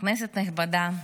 כנסת נכבדה,